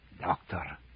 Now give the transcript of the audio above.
Doctor